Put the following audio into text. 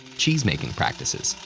cheesemaking practices,